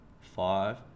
five